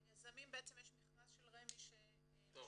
יש מכרז של רמ"י שמשווק.